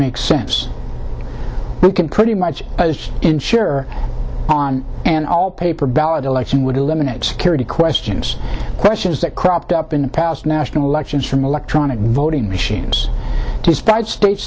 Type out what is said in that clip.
makes sense we can pretty much ensure on an all paper ballot election would eliminate security questions questions that cropped up in the past national elections from electronic voting machines despite state